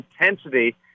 intensity